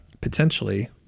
potentially